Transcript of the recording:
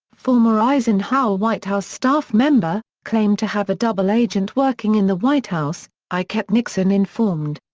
former eisenhower white house staff member, claimed to have a double agent working in the white house. i kept nixon informed.